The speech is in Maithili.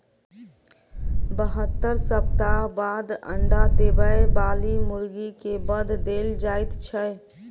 बहत्तर सप्ताह बाद अंडा देबय बाली मुर्गी के वध देल जाइत छै